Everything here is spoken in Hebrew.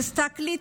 תסתכלי,